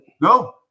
No